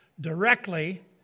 directly